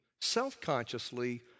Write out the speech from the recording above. self-consciously